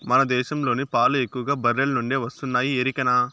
మన దేశంలోని పాలు ఎక్కువగా బర్రెల నుండే వస్తున్నాయి ఎరికనా